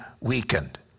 weakened